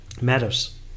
matters